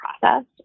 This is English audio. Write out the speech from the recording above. process